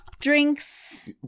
drinks